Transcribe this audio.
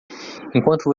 enquanto